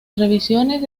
revisiones